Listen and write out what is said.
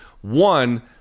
One